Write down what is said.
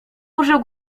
użył